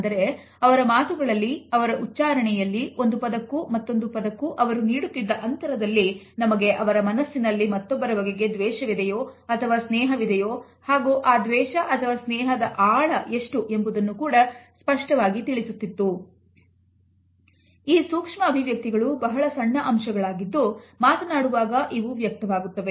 ಅಂದರೆ ಅವರ ಮಾತುಗಳಲ್ಲಿ ಅವರ ಉಚ್ಚಾರಣೆಯಲ್ಲಿ ಒಂದು ಪದಕ್ಕೂ ಮತ್ತೊಂದು ಪದಕ್ಕೂ ಅವರು ನೀಡುತ್ತಿದ್ದ ಅಂತರದಲ್ಲಿ ನಮಗೆ ಅವರ ಮನಸ್ಸಿನಲ್ಲಿ ಮತ್ತೊಬ್ಬರ ಬಗೆಗೆ ದ್ವೇಷವಿದೆಯೋ ಅಥವಾ ಸ್ನೇಹ ವಿದೆಯೋ ಹಾಗೂ ಆ ದ್ವೇಷ ಅಥವಾ ಸ್ನೇಹದ ಆಳ ಎಷ್ಟು ಎಂಬುದು ಕೂಡ ಸ್ಪಷ್ಟವಾಗಿ ತಿಳಿಯುತ್ತಿತ್ತು